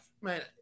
man